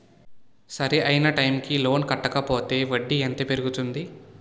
సరి అయినా టైం కి లోన్ కట్టకపోతే వడ్డీ ఎంత పెరుగుతుంది?